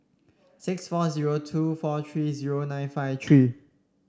six four zero two four three zero nine five three